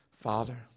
Father